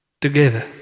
together